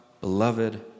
beloved